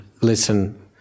listen